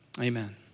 amen